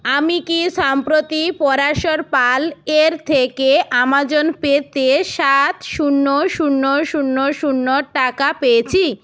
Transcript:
আমি কি সম্প্রতি পরাশর পাল এর থেকে অ্যামাজন পে তে সাত শূন্য শূন্য শূন্য শূন্য টাকা পেয়েছি